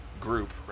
Group